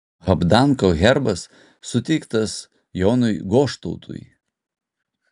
habdanko herbas suteiktas jonui goštautui